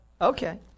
Okay